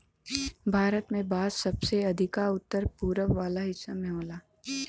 भारत में बांस सबसे अधिका उत्तर पूरब वाला हिस्सा में होला